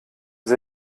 sie